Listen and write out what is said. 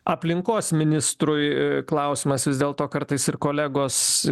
aplinkos ministrui i klausimas vis dėlto kartais ir kolegos